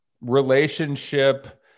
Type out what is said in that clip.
relationship